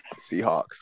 Seahawks